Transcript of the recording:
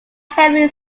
heavily